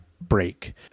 break